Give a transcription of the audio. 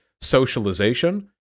socialization